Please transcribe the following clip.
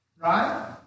right